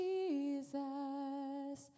Jesus